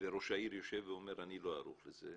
וראש העיר יושב ואומר: אני לא ערוך לזה,